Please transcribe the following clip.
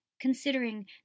considering